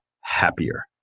happier